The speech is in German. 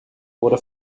wurde